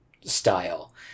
style